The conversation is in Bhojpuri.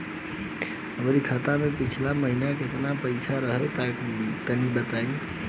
हमरा खाता मे पिछला महीना केतना पईसा रहे तनि बताई?